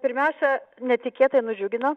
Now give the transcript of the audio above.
pirmiausia netikėtai nudžiugino